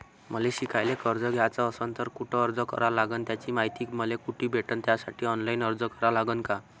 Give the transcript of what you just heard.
मले शिकायले कर्ज घ्याच असन तर कुठ अर्ज करा लागन त्याची मायती मले कुठी भेटन त्यासाठी ऑनलाईन अर्ज करा लागन का?